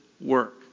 work